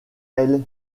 elle